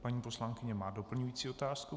Paní poslankyně má doplňující otázku?